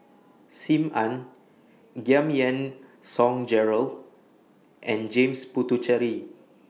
SIM Ann Giam Yean Song Gerald and James Puthucheary